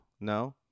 No